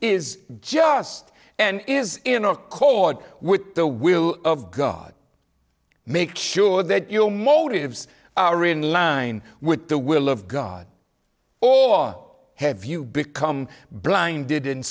is just and is in accord with the will of god make sure that your motives are in line with the will of god or have you become blind did